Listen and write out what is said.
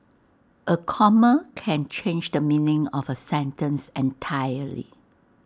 A comma can change the meaning of A sentence entirely